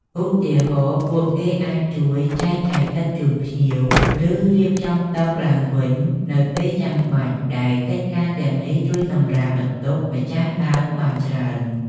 ឧទាហរណ៍ ពួកគេអាចជួយចែកចាយទឹកជូនភ្ញៀវ ឬ រៀបចំតុឡើងវិញនៅពេលចាំបាច់ដែលកិច្ចការទាំងនេះជួយសម្រាលបន្ទុកម្ចាស់ដើមបានច្រើន។